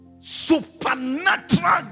supernatural